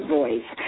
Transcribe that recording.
voice